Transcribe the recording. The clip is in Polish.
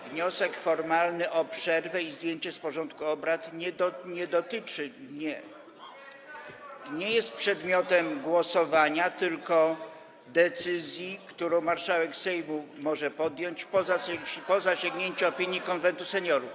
Wniosek formalny o przerwę i zdjęcie z porządku obrad nie jest przedmiotem głosowania, tylko decyzji, którą marszałek Sejmu może podjąć po zasięgnięciu opinii Konwentu Seniorów.